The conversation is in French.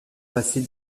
passer